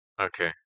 okay